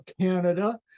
Canada